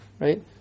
right